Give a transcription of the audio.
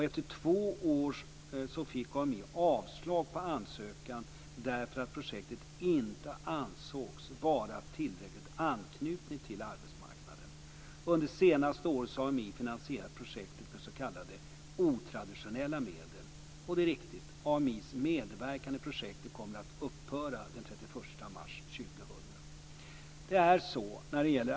Efter två år fick AMI avslag på ansökan därför att projektet inte ansågs vara tillräckligt anknutet till arbetsmarknaden. Under det senaste året har AMI finansierat projektet med s.k. otraditionella medel. Det är riktigt att AMI:s medverkan i projektet kommer att upphöra den 31 mars 2000.